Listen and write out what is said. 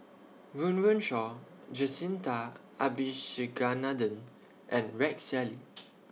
Run Run Shaw Jacintha Abisheganaden and Rex Shelley